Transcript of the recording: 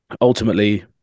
ultimately